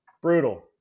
Brutal